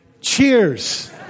Cheers